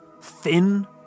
thin